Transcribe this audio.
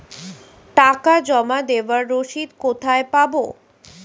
টাকা জমা দেবার রসিদ কোথায় পাব?